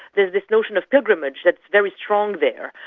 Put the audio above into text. there's this notion of pilgrimage that's very strong there.